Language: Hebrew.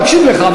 הוא מקשיב לך,